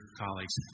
colleagues